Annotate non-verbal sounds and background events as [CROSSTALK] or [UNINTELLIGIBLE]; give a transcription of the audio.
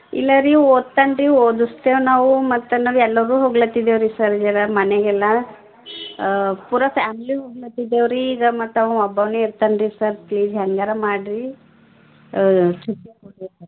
ಇಲ್ಲಾರಿ ಓದ್ತಾನರಿ ಓದಿಸ್ತೆವ್ ನಾವು ಮತ್ತು ನಾವೆಲ್ಲರು ಹೋಗ್ಲತ್ತಿದ್ದೇವೆ ರಿ ಸರ್ ಜರ ಮನೆಗೆಲ್ಲ ಪೂರ ಫ್ಯಾಮ್ಲಿ ಹೋಗ್ಲತ್ತಿದ್ದೇವೆ ರಿ ಈಗ ಮತ್ತು ಅವ ಒಬ್ಬವನೆ ಇರ್ತಾನೆರಿ ಸರ್ ಪ್ಲೀಸ್ ಹೇಗಾರ ಮಾಡಿರಿ [UNINTELLIGIBLE]